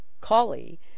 Collie